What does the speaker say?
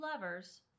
lovers